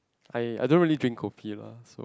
I I don't really drink coffee lah